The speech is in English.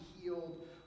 healed